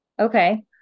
Okay